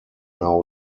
now